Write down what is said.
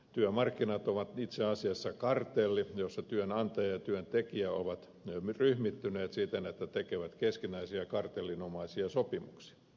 työmarkkinat ovat itse asiassa kartelli jossa työnantaja ja työntekijä ovat ryhmittyneet siten että tekevät keskinäisiä kartellinomaisia sopimuksia